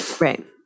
Right